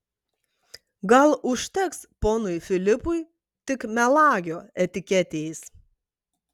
gal užteks ponui filipui tik melagio etiketės